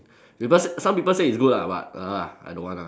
because some people said is good lah but !ugh! I don't want ah